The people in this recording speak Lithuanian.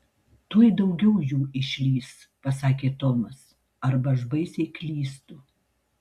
tuoj daugiau jų išlįs pasakė tomas arba aš baisiai klystu